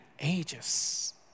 ages